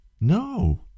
No